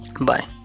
Bye